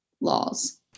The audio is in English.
laws